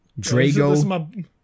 Drago